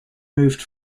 moved